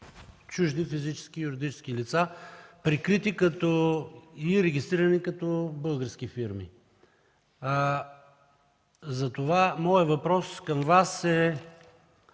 чужди физически и юридически лица, прикрити и регистрирани като български фирми. Затова моят въпрос към Вас е: